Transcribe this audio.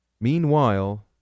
Meanwhile